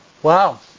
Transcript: Wow